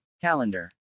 calendar